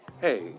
Hey